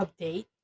update